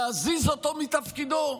להזיז אותו מתפקידו.